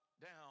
down